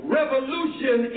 revolution